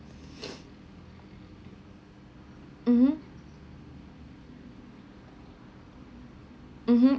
mmhmm mmhmm